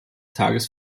tages